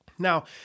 Now